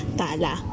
tala